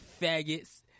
faggots